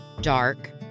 dark